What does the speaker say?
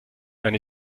eine